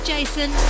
Jason